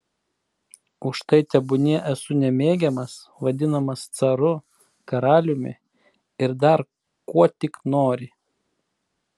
už tai tebūnie esu nemėgiamas vadinamas caru karaliumi ir dar kuo tik nori